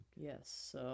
yes